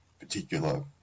particular